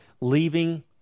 leaving